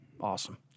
awesome